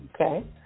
Okay